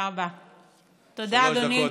בבקשה.